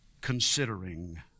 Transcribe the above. considering